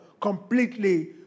completely